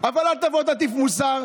אבל אל תבוא ותטיף מוסר.